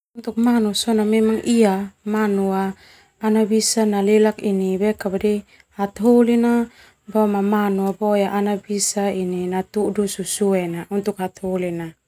Untuk manu sona memang iya, manu ana bisa nalelak ini hataholi na boma manu boe ana bisa ini natudu susuena untuk hataholi na.